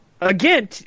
Again